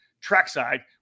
trackside